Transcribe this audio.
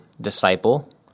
disciple